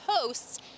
posts